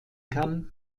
kann